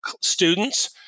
students